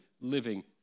living